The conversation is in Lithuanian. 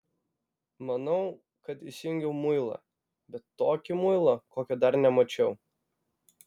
manau kad įsijungiau muilą bet tokį muilą kokio dar nemačiau